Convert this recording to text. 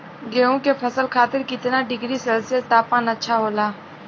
गेहूँ के फसल खातीर कितना डिग्री सेल्सीयस तापमान अच्छा होला?